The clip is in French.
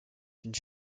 une